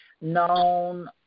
known